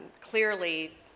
Clearly